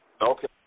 Okay